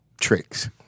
tricks